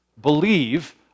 believe